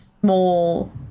small